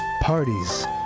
Parties